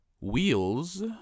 Wheels